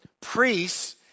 priests